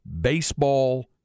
baseball